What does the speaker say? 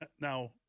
now